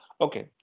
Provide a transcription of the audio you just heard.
Okay